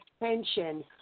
attention